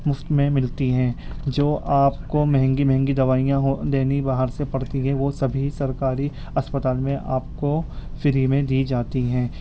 مفت میں ملتی ہیں جو آپ کو مہنگی مہنگی دوائیاں ہو لینی باہر سے پڑتی ہیں وہ سبھی سرکاری اسپتال میں آپ کو فری میں دی جاتی ہیں